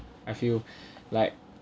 I feel like